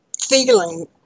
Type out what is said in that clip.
feeling